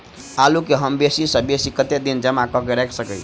आलु केँ हम बेसी सऽ बेसी कतेक दिन जमा कऽ क राइख सकय